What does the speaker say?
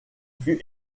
fut